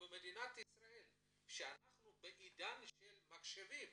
במדינת ישראל שאנחנו בעידן של מחשבים